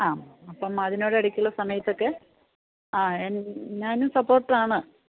മ്മ് ആ അപ്പം അതിനോട് ഇടയ്ക്കുള്ള സമയത്തൊക്കെ ആ ഞാനും സപ്പോർട്ട് ആണ്